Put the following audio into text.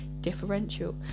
differential